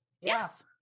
Yes